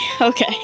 okay